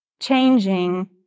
changing